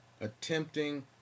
attempting